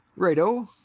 right oh!